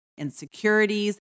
insecurities